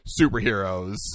superheroes